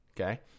okay